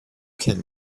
can